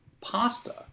Pasta